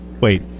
wait